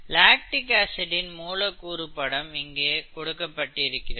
lactic acid இன் மூலக்கூறு படம் இங்கே கொடுக்கப்பட்டிருக்கிறது